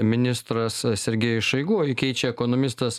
ministras sergejus šoigu o jį keičia ekonomistas